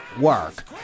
work